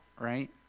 right